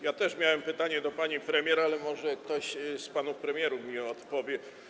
Ja też miałem pytanie do pani premier, ale może ktoś z panów premierów mi odpowie.